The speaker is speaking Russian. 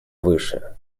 выше